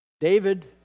David